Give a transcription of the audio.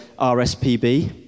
RSPB